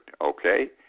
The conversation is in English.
okay